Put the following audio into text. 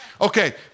Okay